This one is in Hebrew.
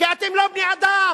כי אתם לא בני-אדם.